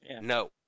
No